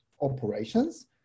operations